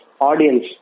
audience